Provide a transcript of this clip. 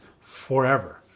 forever